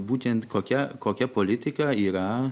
būtent kokia kokia politika yra